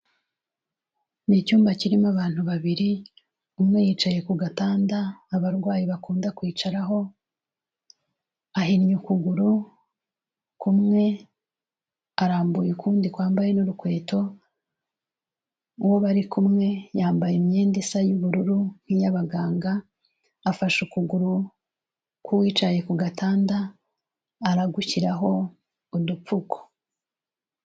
Ni icyumba kirimo abantu babiri umwe yicaye ku gatanda abarwayi bakunda kwicaraho, ahinnye ukuguru kumwe arambuye ukundi kwambaye n'urukweto, uwo bari kumwe yambaye imyenda isa y'ubururu nk'iy'abaganga, afashe ukuguru k'uwicaye ku gatanda aragushyiraho udupfuko.